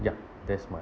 ya that's my